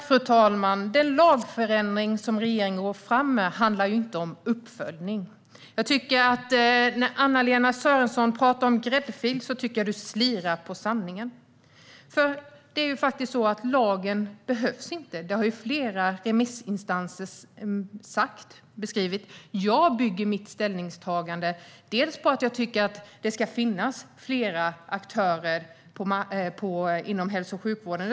Fru talman! Den lagförändring som regeringen går fram med handlar inte om uppföljning. Jag tycker att Anna-Lena Sörensons tal om gräddfil är att slira på sanningen. Lagen behövs inte. Det har flera remissinstanser beskrivit. Jag bygger mitt ställningstagande på att jag tycker att det ska finnas flera aktörer inom hälso och sjukvården.